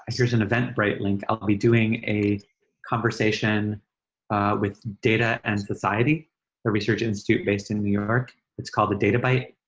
here's an eventbrite link. i'll be doing a conversation with data and society a research institute based in new york. it's called the databyte.